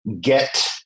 get